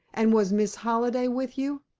and was miss halliday with you?